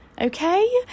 okay